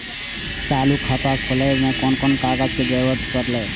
चालु खाता खोलय में कोन कोन कागज के जरूरी परैय?